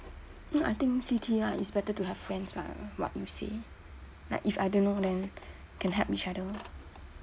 I think C_T right is better to have friends like what you say like if I don't know then can help each other